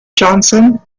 johnson